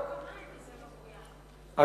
אבל יש את זה בחוק המים וזה לא קוים.